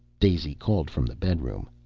daisy called from the bedroom.